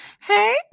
Hey